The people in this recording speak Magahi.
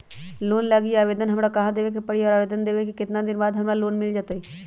लोन लागी आवेदन हमरा कहां देवे के पड़ी और आवेदन देवे के केतना दिन बाद हमरा लोन मिल जतई?